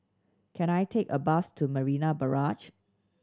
can I take a bus to Marina Barrage